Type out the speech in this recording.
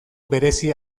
berezi